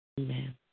Amen